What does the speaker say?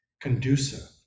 conducive